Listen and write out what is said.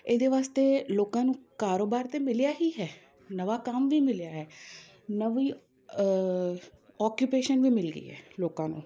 ਇਹਦੇ ਵਾਸਤੇ ਲੋਕਾਂ ਨੂੰ ਕਾਰੋਬਾਰ ਤਾਂ ਮਿਲਿਆ ਹੀ ਹੈ ਨਵਾਂ ਕੰਮ ਵੀ ਮਿਲਿਆ ਹੈ ਨਵੀਂ ਔਕਉਪੇਸ਼ਨ ਵੀ ਮਿਲ ਗਈ ਹੈ ਲੋਕਾਂ ਨੂੰ